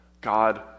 God